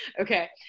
Okay